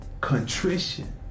contrition